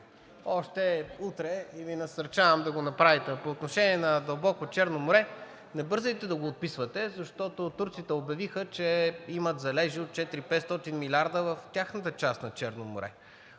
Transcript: още утре, и Ви насърчавам да го направите. По отношение на дълбоко Черно море – не бързайте да го отписвате, защото турците обявиха, че имат залежи от 400 –500 милиарда в тяхната част на Черно море.